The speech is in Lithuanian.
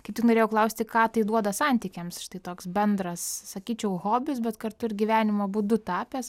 kaip tik norėjau klausti ką tai duoda santykiams štai toks bendras sakyčiau hobis bet kartu ir gyvenimo būdu tapęs